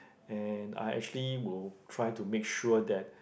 and I actually will try to make sure that